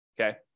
okay